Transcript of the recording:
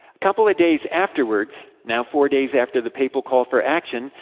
couple of days afterwards, now four days after the papal call for action,